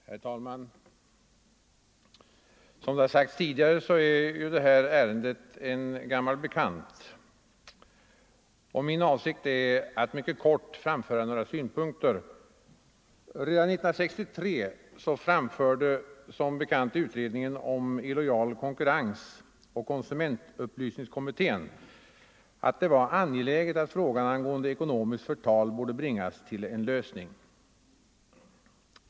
Herr talman! Som det har sagts tidigare, är det här ärendet en gammal bekant. Min avsikt är att mycket kort framföra några synpunkter. Redan 1963 uttalade som bekant utredningen om illojal konkurrens miskt förtal miskt förtal och konsumentupplysningskommittén att det var angeläget att frågan angående ekonomiskt förtal bringades till en lösning.